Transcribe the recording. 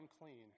unclean